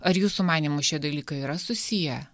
ar jūsų manymu šie dalykai yra susiję